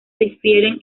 difieren